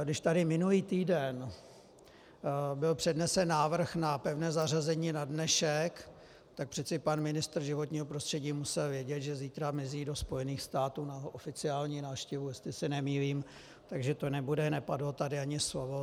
Když tady minulý týden byl přednesen návrh na pevné zařazení na dnešek, tak přece pan ministr životního prostředí musel vědět, že zítra mizí do Spojených států na oficiální návštěvu, jestli se nemýlím, takže tu nebude, nepadlo tady ani slovo.